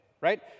right